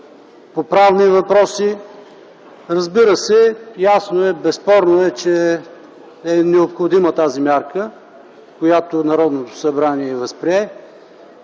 по правни въпроси. Разбира се, ясно е, безспорно е, че е необходима тази мярка, която Народното събрание възприе,